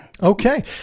Okay